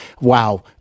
wow